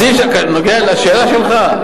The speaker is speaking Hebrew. הסעיף שנוגע לשאלה שלך,